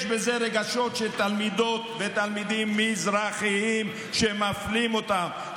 יש בזה רגשות של תלמידות ותלמידים מזרחים שמפלים אותם,